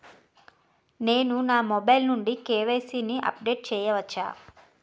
నేను నా మొబైల్ నుండి కే.వై.సీ ని అప్డేట్ చేయవచ్చా?